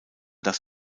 das